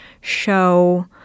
show